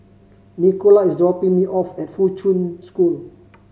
Nicola is dropping me off at Fuchun School